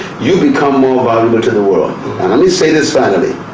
you become more valuable to the world. and let me say this finally,